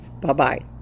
Bye-bye